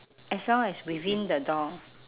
as long as within the door